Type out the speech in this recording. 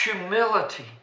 Humility